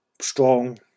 strong